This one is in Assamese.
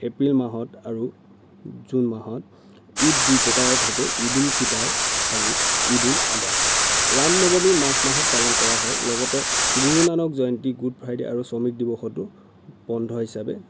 এপ্ৰিল মাহত আৰু জুন মাহত ঈদ দুই প্ৰকাৰৰ থাকে ঈদল্ফিটৰ আৰু ঈদ্ উজ্ জোহা ৰাম নৱমী মাৰ্চ মাহত পালন কৰা হয় লগতে গুৰু নানক জয়ন্তী গুড ফ্ৰাইডে আৰু শ্ৰমিক দিৱসতো বন্ধ হিচাবে